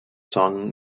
song